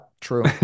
true